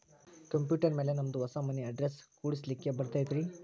Computer ಮ್ಯಾಲೆ ನಮ್ದು ಹೊಸಾ ಮನಿ ಅಡ್ರೆಸ್ ಕುಡ್ಸ್ಲಿಕ್ಕೆ ಬರತೈತ್ರಿ?